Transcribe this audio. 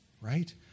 right